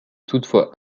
toutefois